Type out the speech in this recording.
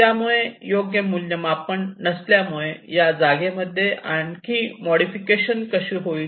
त्यामुळे योग्य मूल्यमापन नसल्यामुळे या जागेमध्ये आणखी मोडिफिकेशन कशी होईल